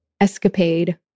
escapade